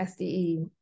SDE